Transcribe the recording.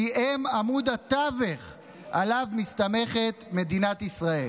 כי הם עמוד התווך שעליו מסתמכת מדינת ישראל.